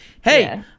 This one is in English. Hey